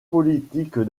politique